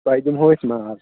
تۄہہِ دِمہو أسۍ ماز